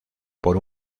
por